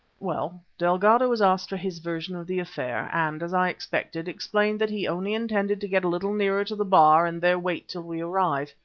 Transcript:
well, delgado was asked for his version of the affair, and, as i expected, explained that he only intended to get a little nearer to the bar and there wait till we arrived.